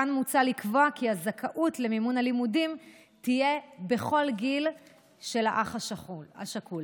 כאן מוצע לקבוע כי הזכאות למימון הלימודים תהיה בכל גיל של האח השכול.